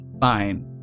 Fine